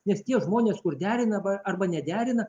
nes tie žmonės kur derina arba arba nederina